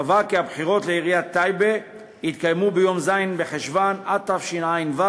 קבעה כי הבחירות לעיריית טייבה יתקיימו ביום ז' בחשוון התשע"ו,